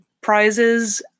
prizes